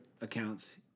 accounts